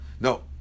No